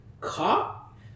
cop